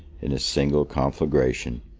in a single conflagration,